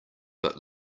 but